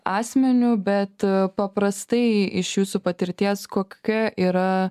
asmeniu bet paprastai iš jūsų patirties kokia yra